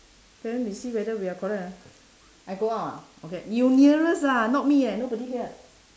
then we see whether we are correct ah I go out ah okay you nearest ah not me eh nobody here